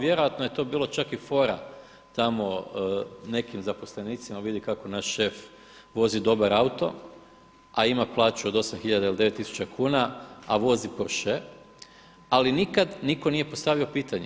Vjerojatno je to bilo čak i fora tamo nekim zaposlenicima, vidi kako naš šef vozi dobar auto, a ima plaću od 8 hiljada ili 9 tisuća kuna, a vozi Porshe, ali nikad nitko nije postavio pitanje.